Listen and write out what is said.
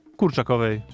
kurczakowej